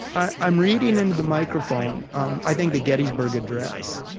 i'm reading into the microphone, um i think the gettysburg address.